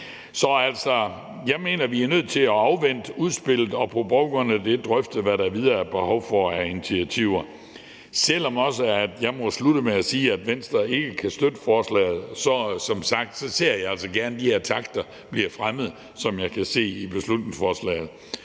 Så jeg mener altså, vi er nødt til at afvente udspillet og på baggrund af det drøfte, hvad der videre er behov for af initiativer. Selv om jeg må slutte af med at sige, at Venstre ikke kan støtte forslaget, ser jeg dog altså som sagt gerne, at de takter, som jeg også kan se der er i beslutningsforslaget,